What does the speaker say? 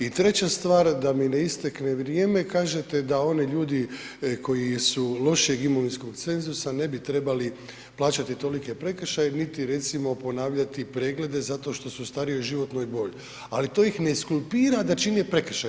I treća stvar, da mi ne istekne vrijeme, kažete da oni ljudi koji su lošeg imovinskog cenzusa ne bi trebali plaćati tolike prekršaje niti recimo ponavljati preglede zato što su starijoj životnoj dobi, ali to ih ne ekskulpira da čine prekršaj.